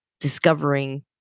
discovering